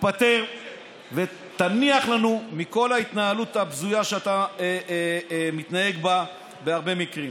תתפטר ותניח לנו מכל ההתנהלות הבזויה שאתה מתנהג בה בהרבה מקרים.